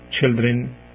children